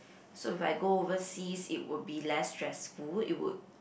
so if I go overseas it would be less stressful it would